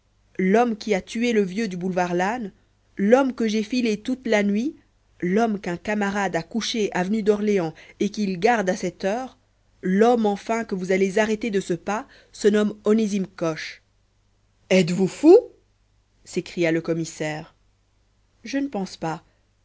l'homme qui a tué le vieux du boulevard lannes l'homme que j'ai filé toute la nuit l'homme qu'un camarade a couché avenue d'orléans et qu'il garde à cette heure l'homme enfin que vous allez arrêter de ce pas se nomme onésime coche êtes-vous fou s'écria le commissaire je ne pense pas